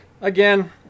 Again